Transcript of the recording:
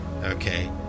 okay